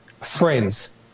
friends